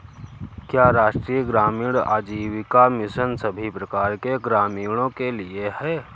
क्या राष्ट्रीय ग्रामीण आजीविका मिशन सभी प्रकार के ग्रामीणों के लिए है?